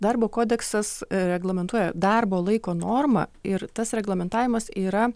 darbo kodeksas reglamentuoja darbo laiko normą ir tas reglamentavimas yra